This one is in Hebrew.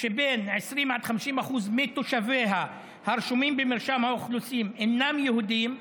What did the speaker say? שבין 20% ל-50% מתושביה הרשומים במרשם האוכלוסין אינם יהודים",